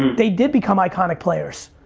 they did become iconic players.